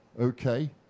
Okay